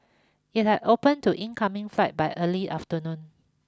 it had open to incoming flight by early afternoon